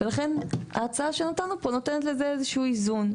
לכן ההצעה שנתנו פה נותנת לזה איזה שהוא איזון.